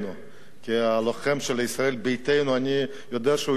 כלוחם של ישראל ביתנו, אני יודע שהוא יתקוף אותנו.